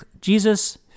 Jesus